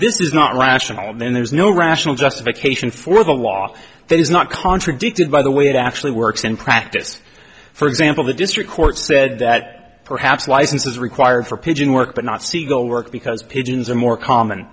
this is not rational then there's no rational justification for the law that is not contradicted by the way it actually works in practice for example the district court said that perhaps licenses required for pigeon were but not siegel work because pigeons are more common